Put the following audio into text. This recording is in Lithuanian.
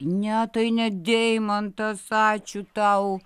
ne tai ne deimantas ačiū tau